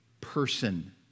person